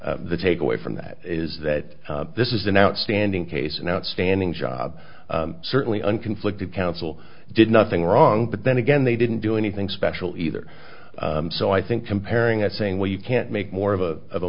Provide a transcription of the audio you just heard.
the the takeaway from that is that this is an outstanding case an outstanding job certainly an conflictive council did nothing wrong but then again they didn't do anything special either so i think comparing and saying well you can't make more of a